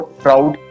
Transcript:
proud